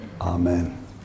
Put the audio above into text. Amen